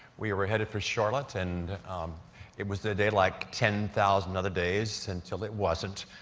we were headed for charlotte, and it was the day like ten thousand other days until it wasn't,